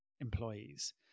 employees